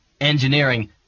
Engineering